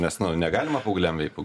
nes nu negalima paaugliam veipų